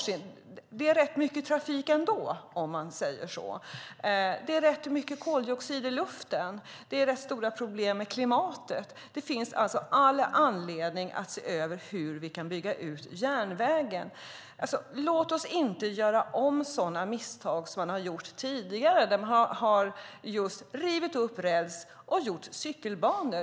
Det är rätt mycket trafik där ändå. Det är rätt mycket koldioxid i luften. Det är rätt stora problem med klimatet. Det finns alltså all anledning att se över hur vi kan bygga ut järnvägen. Låt oss inte göra om de misstag som man har gjort tidigare när man har rivit upp räls och gjort cykelbanor.